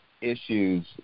issues